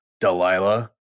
Delilah